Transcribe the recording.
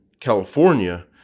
California